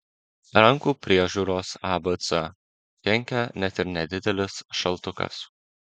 rankų priežiūros abc kenkia net ir nedidelis šaltukas